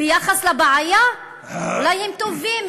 ביחס לבעיה אולי הם טובים,